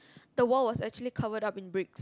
the wall was actually covered up in brick